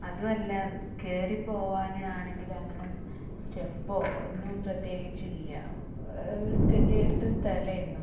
അതുമല്ല കയറി പോവാൻ ആണെങ്കിൽ അങ്ങനെ സ്റ്റെപ്പോ ഒന്നും പ്രത്യേകിച്ച് ഇല്ല ഒരു കെതി കെട്ട സ്ഥലമായിരുന്നു